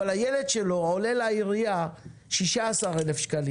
אבל הילד שלו עולה לעירייה 16,000 שקלים.